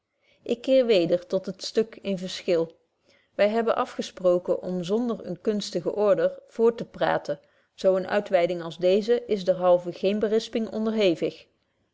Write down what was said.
ik keer weder tot het stuk in verschil wy hebben afgesproken om zonder eene kunstige order voort te praten zo eene uitwyding als deeze is derhalve geene berisping onderhevig